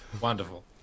Wonderful